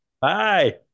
Bye